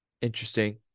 Interesting